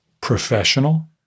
professional